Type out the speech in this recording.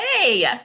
Hey